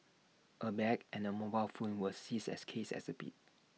A bag and A mobile phone were seized as case exhibits